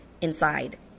inside